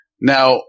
Now